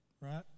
right